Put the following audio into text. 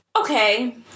Okay